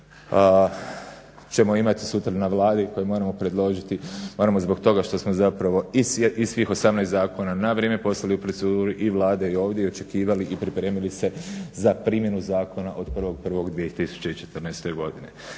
ćemo imati sutra na Vladi i koje moramo predložiti moramo zbog toga što smo zapravo i svih 18 zakona na vrijeme poslali u proceduru i Vlade i ovdje i očekivali i pripremili se za primjenu zakona od 1.01.2014. godine.